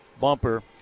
bumper